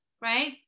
right